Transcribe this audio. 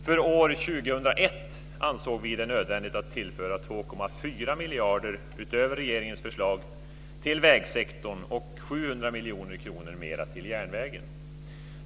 För år 2001 ansåg vi det nödvändigt att tillföra 2,4 miljarder utöver regeringens förslag till vägsektorn och 700 miljoner kronor mer till järnvägen.